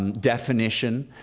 um definition